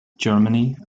germany